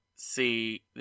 see